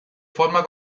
forma